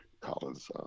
Collins